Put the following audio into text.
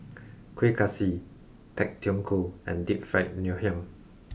kueh kaswi pak thong ko and deep fried ngoh hiang